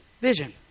vision